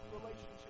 relationship